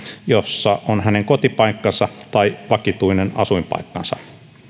jossa on hänen kotipaikkansa tai vakituinen asuinpaikkansa